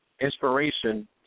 inspiration